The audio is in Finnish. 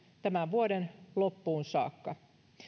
tämän vuoden loppuun saakka